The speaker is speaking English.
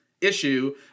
issue